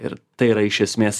ir tai yra iš esmės